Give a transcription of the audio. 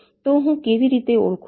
તો હું કેવી રીતે ઓળખું